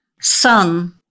sun